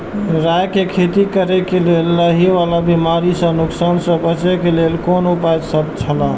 राय के खेती करे के लेल लाहि वाला बिमारी स नुकसान स बचे के लेल कोन उपाय छला?